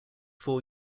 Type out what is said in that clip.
four